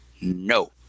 no